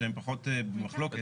שהם פחות במחלוקת.